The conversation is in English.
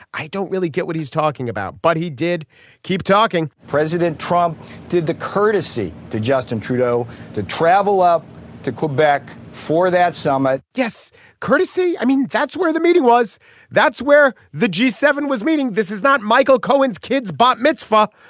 i don't really get what he's talking about but he did keep talking president trump did the courtesy to justin trudeau to travel up to quebec for that summit yes courtesy i mean that's where the meeting was that's where the g seven was meeting. this is not michael cohen's kid's bat mitzvah.